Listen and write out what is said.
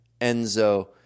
Enzo